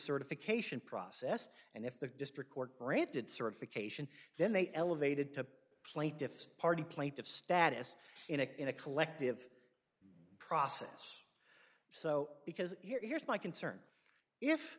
certification process and if the district court granted certification then they elevated to plaintiff's party plaintiff status in a in a collective process so because here is my concern